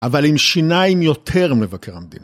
אבל עם שיניים יותר ממבקר המדינה.